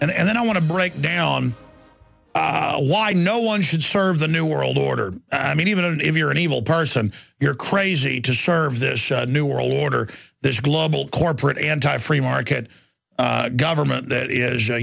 us and then i want to break down why no one should serve the new world order i mean even if you're an evil person you're crazy to serve this new world order this global corporate anti free market government that is